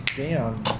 sam